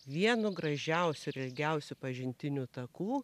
vienu gražiausių ir ilgiausiu pažintinių takų